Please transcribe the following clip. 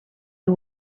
who